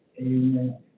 Amen